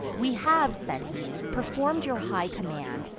we have, said he, perform'd your high command,